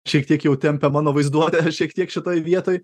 šiek tiek jau tempia mano vaizduotę šiek tiek šitoj vietoj